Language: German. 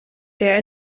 der